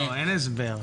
אין הסבר.